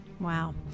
wow